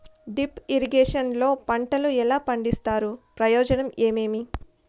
Drip irrigation లో పంటలు ఎలా పండిస్తారు ప్రయోజనం ఏమేమి?